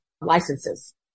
licenses